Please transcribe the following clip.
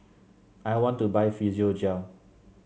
I want to buy Physiogel